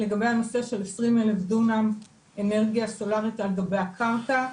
לגבי הנושא של 20 אלף דונם אנרגיה סולארית על גבי הקרקע,